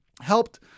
helped